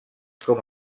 com